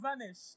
vanished